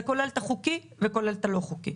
זה כולל את החוקי ואת הלא-חוקי.